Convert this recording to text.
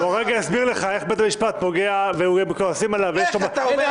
בוא אסביר לך איך בית המשפט פוגע וכועסים עליו --- אנחנו